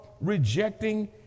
rejecting